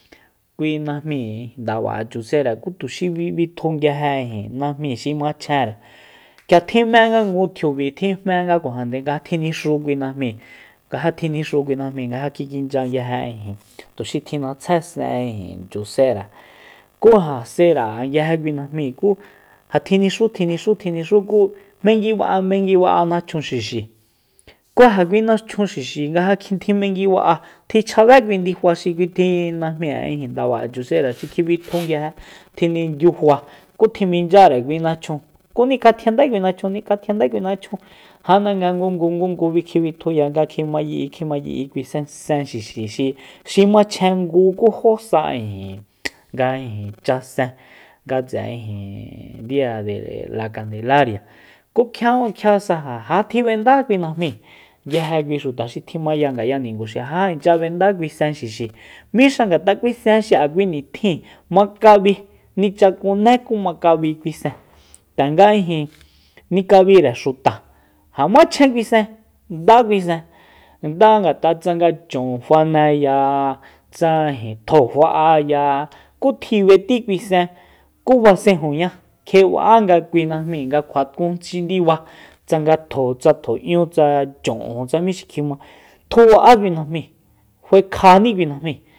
Kui najmíi ndaba'e chusera ku tuxi bi- bitju nguije ijin najmi xi machjenre k'ia tjinindanga ngu tjiub'i tji jmengakuajande nga tjinixu kui najmi nga ja tjinixu kui najmíi nga ja kikinchya nguije ijin tuxi tjinatsje sen'e chusera ku ja sera nguije kui najmíi ku ja tjinixu tjinixu tjinixu ku jmenguiba'a jmenguiba'a nachjun xixi ku ja kui nachjun xixi nga ja tji jmenguiba'a tji chjabe kui ndifa xi kui tjin najmi'e ndaba'e chusera xi kjibitju nguije tjiniyufa tjiminchyare kui nachun ku nikatjiandae kui nachjun nikatjiandae kui nachjun janda ngungu kjibitjuya nga kjima yi'i kjima yi'i kui sen- sen xixi xi machjen ngu ku jó sa ayi nga ijin ch'asen nga tse'e dia de kandelaria ku kjia tjian sa ja já tjib'enda kui najmíi nguije kui xuta xi tjimaya ngaya ninguxi ja já ichya b'enda kui sen xixi míxa ngat'a kui sen xi'a kui nitjin makabi nichakunné ku makabi kui sen tanga ijin nikabire xuta ja jmá chjen kui sen ndá kui sen nda ngat'a tsanga chon faneya tsa tjo fa'aya ku tji b'eti kui sen ku basenjuña kjeba'á nga kui najmíi nga kjuatkun xi ndiba tsanga tjo tsa tjo ´ñú tsa chon tsa mí xi kjima tjuba'á kui najmi faekjaní kui najmíi